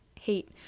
hate